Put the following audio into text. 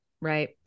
right